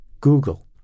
Google